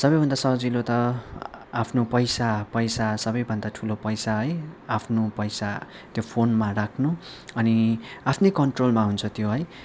सबैभन्दा सजिलो त आफ्नो पैसा पैसा सबैभन्दा ठुलो पैसा है आफ्नो पैसा त्यो फोनमा राख्नु अनि आफ्नै कन्ट्रोलमा हुन्छ त्यो है